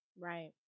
Right